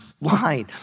line